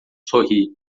sorri